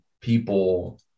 people